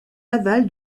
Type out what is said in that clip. aval